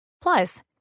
Plus